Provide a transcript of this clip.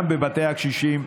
גם בבתי הקשישים,